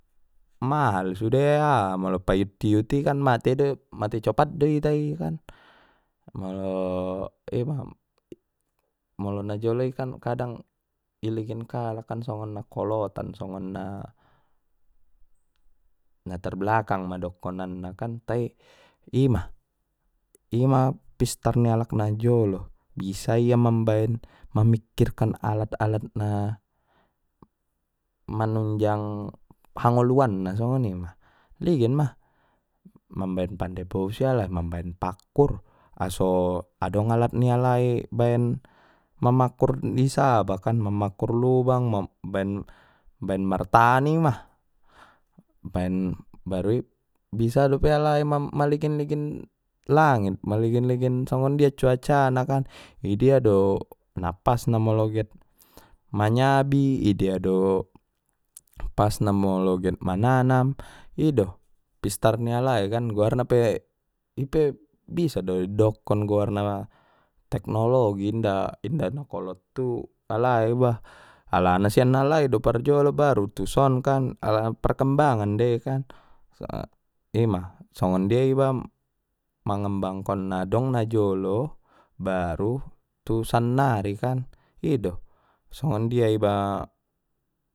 Mahal sude aha molo paiut-iut i kan mate do i mate copat do ita i kan molo ima molo na jolo i kan kadang iligin kalak kan songon na kolotan songon na na tarbelakang ma dokonan na kan tai ima, ima pistar ni alak na jolo bisa ia mambaen mamikirkan alat alat na manunjang hangoluan na songonima ligin ma mambaen pande bosi alai mambaen pakkur aso adong alat ni alai baen mamakkur i saba kan mamakkur lubang baen martani ma baen baru i bisa dope alai ma-maligin-ligin langit maligin songonjia cuaca na kan idia do na pas na molo get manyabi idia do pas na molo get mananam ido pistar ni alai kan goarna pe ipe bisa do idokkon goarna teknologi inda na kolot tu alai ba alana sian alai do parjolo kan baru tuson kan alana parkembangan dei ima songon dia iba mangembangkan nadong na jolo baru tu sannari kan ido songon dia iba.